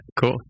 Cool